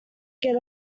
get